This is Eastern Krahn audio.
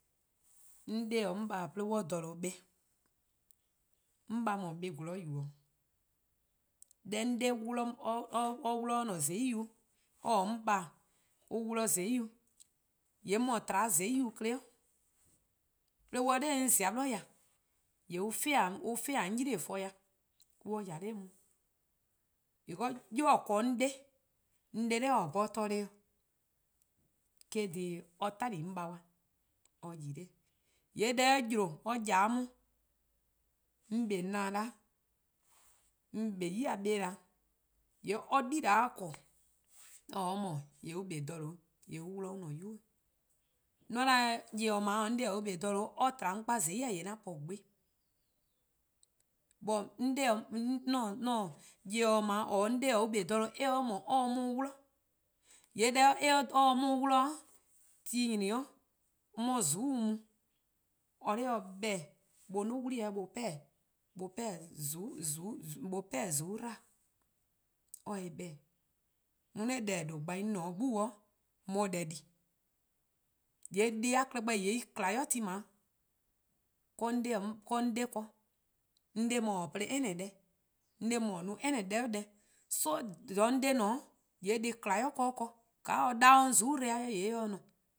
'On 'de-: 'on :baa' 'de on 'ye-a :dha :due' 'kpa, 'on :baa' :mu buh+ 'zorn-yu: 'o, deh 'on 'de 'wlu-a or-a'a: :zai' yu, or-: 'on :baa'-: on 'wluh :zai'-yu: :yee' 'mor tba 'o :zai' yu 'de-dih. 'De on 'ye-a 'on 'nor :zia' 'bli: ya, :yee' on 'fean'-dih 'on 'yli-eh for-dih 'de on :ya 'de 'on. Because 'yu :or :korn-a 'on 'de, 'on 'de 'da 'torle' 'bhorn eh-: 'korn dhih or 'tali: 'on :baa' dih 'de or yi 'noror'. :yee' deh or 'yle-a 'de :or 'ya 'de 'on, 'on kpa 'o :na 'da, 'on 'kpa 'o 'yi beh 'da, :yee' or-: yibeor: or :korn-a or :ne or mor-: :yee' 'on 'kpa :dha :due' :yee' on 'wluh :an-' 'nynuu: 'weh. :mor 'on 'da nyor-kpalu :dao' or :ne 'on 'de-' on 'kpa-' :dha or tba 'on :zai' :yee' 'an 'tmo sih. jorwor: nyor-kpalu or-: 'on 'de-: on 'kpa-a :dha :due' eh :se or :mor or se 'on 'wluh. :yee' deh or se-a 'on 'wluh-'-:, ti nyne-a 'o 'on 'ye-a :zuku'-' mu, or 'da or se 'beh-dih: or 'ye 'wli-eh 'duo: or 'ye :zuku' 'wlii peh-ih: or se-eh 'beh-dih:. Only deh :due' gbai 'on :ne 'de 'gbu 'weh 'on 'ye deh di. :yee' deh+-a klehkpeh en :kma 'i 'de ti :dao 'di. 'do 'en 'de ken, 'on 'de mor-' plo 'anyneh' deh, 'on 'de mor-' no deh 'o deh, 'so :dha 'on 'de :ne-a :yee' deh+ :kma 'i 'do or ken, :ka or 'ye-a 'da or 'ye-a 'on :zuku'-' dbo eh se :ne